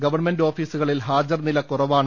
government ഓഫീസുകളിൽ ഹാജർനില കുറവാണ്